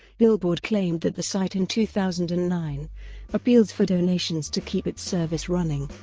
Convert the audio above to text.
billboard claimed that the site in two thousand and nine appeals for donations to keep its service running.